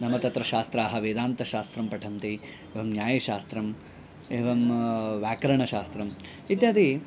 नाम तत्र शास्त्राः वेदान्तशास्त्रं पठन्ति एवं न्यायशास्त्रम् एवम् व्याकरणशास्रम् इत्यादि